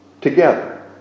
together